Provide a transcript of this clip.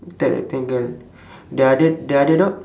third rectangle the other the other dog